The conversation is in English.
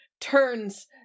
turns